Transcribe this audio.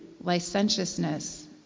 licentiousness